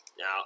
Now